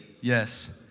Yes